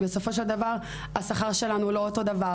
כי בסופו של דבר השכר שלנו לא דומה.